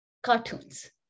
Cartoons